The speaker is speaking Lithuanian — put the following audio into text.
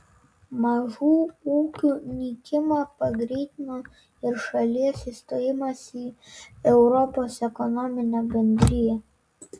mažų ūkių nykimą pagreitino ir šalies įstojimas į europos ekonominę bendriją